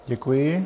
Děkuji.